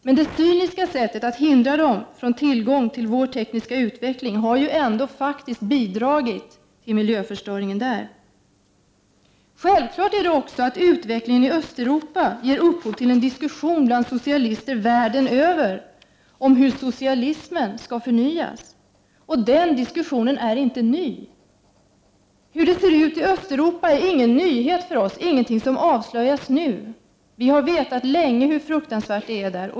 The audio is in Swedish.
Men det cyniska sättet att hindra dessa länder från att få tillgång till vår tekniska utveckling har ju faktiskt ändå bidragit till miljöförstöringen där. Det är också självklart att utvecklingen i Östeuropa ger upphov till en diskussion bland socialister världen över, en diskussion om hur socialismen skall förnyas. Den diskussionen är i sig inte ny. Tillståndet i Östeuropa är ingen nyhet för oss, inget som avslöjas nu. Vi har länge vetat hur fruktansvärt det är där.